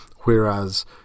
Whereas